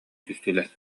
түстүлэр